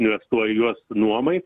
investuoja į juos nuomai